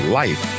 life